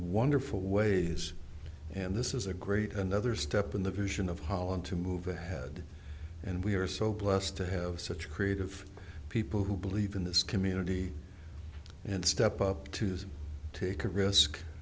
wonderful ways and this is a great another step in the vision of holland to move ahead and we are so blessed to have such creative people who believe in this community and step up to take a risk